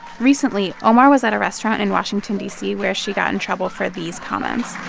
recently, omar was at a restaurant in washington, d c, where she got in trouble for these comments